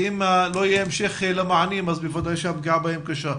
ואם לא יהיה המשך למענים אז בוודאי שהפגיעה בהם קשה.